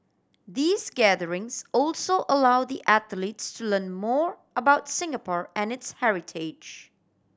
these gatherings also allow the athletes to learn more about Singapore and its heritage